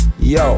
Yo